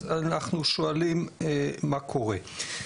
אז אנחנו שואלים מה קורה.